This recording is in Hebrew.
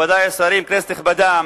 מכובדי השרים, כנסת נכבדה,